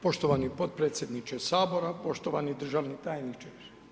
Poštovani potpredsjedniče Sabora, poštovani državni tajniče.